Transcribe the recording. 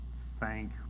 thank